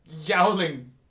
yowling